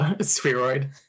spheroid